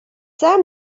sam